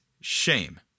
shame